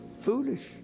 foolish